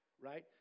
right